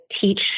teach